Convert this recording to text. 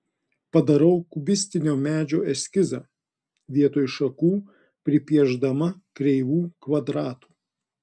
padarau kubistinio medžio eskizą vietoj šakų pripiešdama kreivų kvadratų